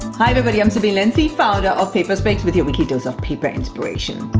hi everybody, i'm sabine lenz, the founder of paperspecs, with your weekly dose of paper inspiration.